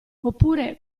oppure